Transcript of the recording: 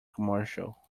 commercial